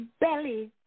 belly